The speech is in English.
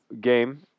game